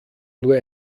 nur